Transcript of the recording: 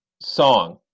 song